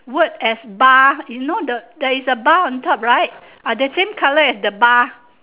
word as bar you know the there is a bar on top right ah the same colour as the bar